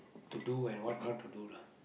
to do and what not to do lah